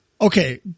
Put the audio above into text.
Okay